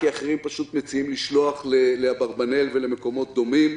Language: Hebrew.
כי אחרים פשוט מציעים לשלוח לאברבנאל ולמקומות דומים.